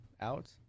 out